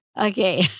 Okay